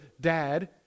dad